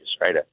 right